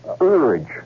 urge